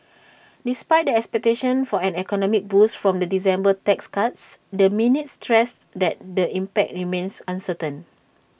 despite the expectations for an economic boost from the December tax cuts the minutes stressed that the impact remains uncertain